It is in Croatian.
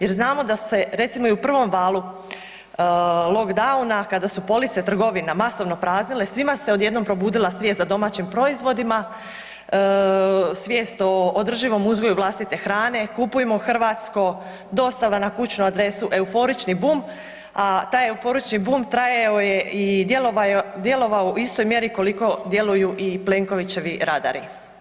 Jer znamo da se, recimo i u prvom valu lockdowna kada su police trgovina masovno praznile, svima se odjednom probudila svijest za domaćim proizvodima, svijest o održivom uzgoju vlastite hrane, kupujmo hrvatsko, dostava na kućnu adresu, euforični bum, a taj euforični bum trajao je i djelovao je u istoj mjeri koliko djeluju i Plenkovićevi radari.